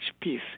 peace